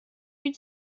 die